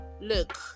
look